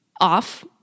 off